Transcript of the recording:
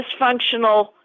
dysfunctional